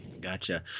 Gotcha